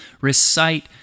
recite